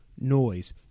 Noise